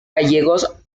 gallegos